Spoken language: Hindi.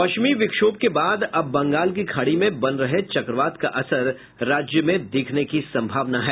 पश्चिमी विक्षोभ के बाद अब बंगाल की खाड़ी में बन रहे चक्रवात का असर राज्य में दिखने की संभावना है